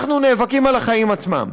אנחנו נאבקים על החיים עצמם.